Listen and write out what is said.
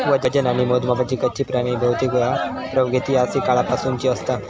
वजन आणि मोजमापाची कच्ची प्रणाली बहुतेकवेळा प्रागैतिहासिक काळापासूनची असता